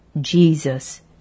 Jesus